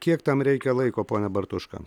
kiek tam reikia laiko pone bartuška